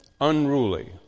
unruly